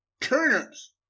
turnips